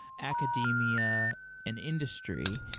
academia and industry.